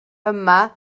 yma